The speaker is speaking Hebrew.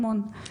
המון.